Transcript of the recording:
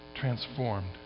transformed